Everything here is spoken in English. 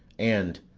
and,